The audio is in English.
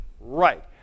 right